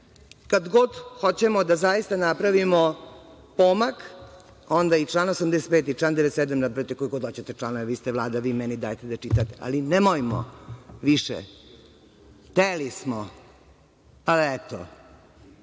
kad god hoćemo da zaista napravimo pomak onda i član 85. i član 97. nabrojte koliko god hoćete članova, vi ste Vlada, vi meni dajete da čitam, ali nemojmo više – hteli smo, ali eto.